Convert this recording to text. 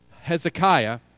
Hezekiah